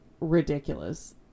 ridiculous